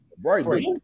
right